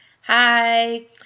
hi